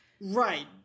Right